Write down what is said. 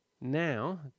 now